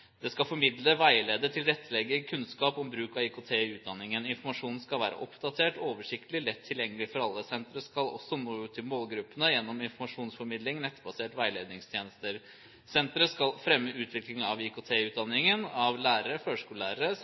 Det skal formidle, veilede og tilrettelegge kunnskap om bruk av IKT i utdanningen. Informasjonen skal være oppdatert, oversiktlig og lett tilgjengelig for alle. Senteret skal også nå ut til målgruppene gjennom informasjonsformidling og nettbaserte veiledningstjenester. Senteret skal fremme utvikling av IKT i utdanningen av lærere og førskolelærere.